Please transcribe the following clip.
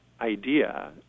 idea